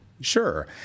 Sure